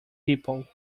people